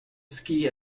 ski